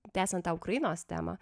tęsian tą ukrainos temą